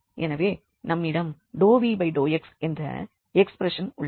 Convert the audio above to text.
எனவே நம்மிடம் ∂v∂x என்ற எக்ஷ்ப்ரெஷன்உள்ளது